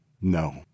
No